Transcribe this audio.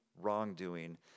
wrongdoing